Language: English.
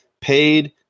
paid